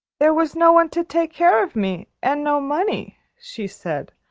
there was no one to take care of me, and no money, she said.